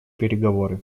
переговоры